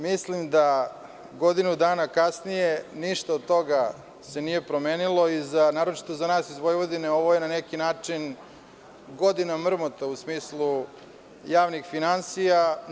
Mislim da godinu dana kasnije, ništa od toga se nije promenilo, naročito za nas iz Vojvodine, ovo je na neki način „godina mrmota“ u smislu javnih finansija.